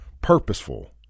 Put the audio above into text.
purposeful